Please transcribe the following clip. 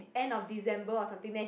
end of December or something then